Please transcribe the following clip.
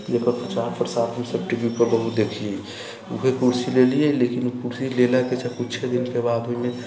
जकर प्रचार प्रसार हमसब टी वी पर बहुत देखिए वएह कुर्सी लेलिए लेकिन ओ कुर्सी लेलाके किछुए दिनके बाद ओहिमे